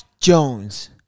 Jones